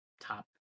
top